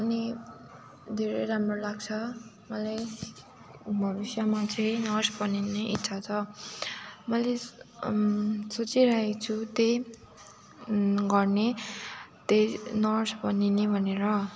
अनि धेरै राम्रो लाग्छ मलाई भविष्यमा चाहिँ नर्स बनिने इच्छा छ मैले सोचिरहेछु त्यही गर्ने त्यही नर्स बनिने भनेर